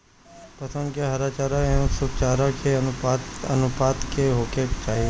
पशुअन के हरा चरा एंव सुखा चारा के अनुपात का होखे के चाही?